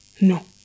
No